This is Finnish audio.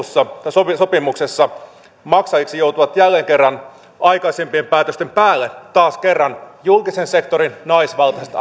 sopimuksessa maksajiksi joutuvat jälleen kerran aikaisempien päätösten päälle taas kerran julkisen sektorin naisvaltaiset